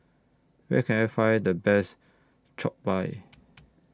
Where Can I Find The Best Jokbal